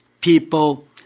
People